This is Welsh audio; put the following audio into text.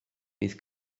bydd